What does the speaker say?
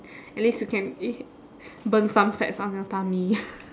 at least you can burn some fats on your tummy